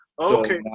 Okay